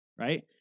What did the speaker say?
right